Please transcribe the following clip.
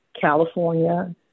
California